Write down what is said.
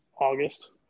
August